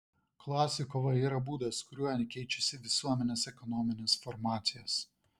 klasių kova yra būdas kuriuo keičiasi visuomenės ekonominės formacijos